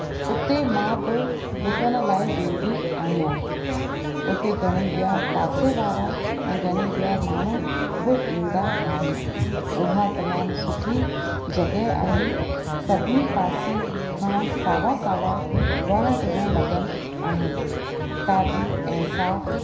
हुते मां बि डुकण लाइ वेंदी आहियां हुते घणेई ॿिया पासे वारा ऐं घणेई ॿिया माण्हू बि ईंदा आहिनि उहा तमामु सुठी जॻह आहे सभिनी पासे खां सावा सावा वण टिण लॻियल आहिनि ताज़ी ऐं साफ़ु